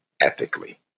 ethically